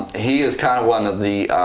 he is kind of one of the.